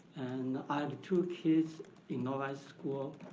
and i have two kids in novi school.